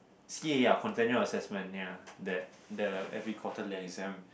C_A ah continual assessment ya that the every quarterly exam